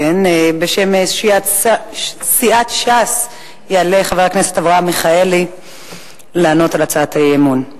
בשם סיעת ש"ס יעלה חבר הכנסת אברהם מיכאלי לענות על הצעת האי-אמון.